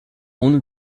ohne